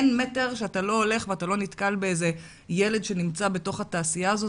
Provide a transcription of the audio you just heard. אין מטר שאתה הולך ואתה לא נתקל באיזה ילד שנמצא בתוך התעשייה הזו.